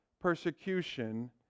persecution